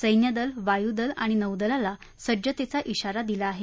सच्चि दल वायू दल आणि नौदलाला सज्जतेचा इशारा दिला आहे